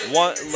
one